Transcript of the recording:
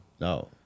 No